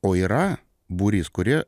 o yra būrys kurie